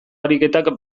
ariketak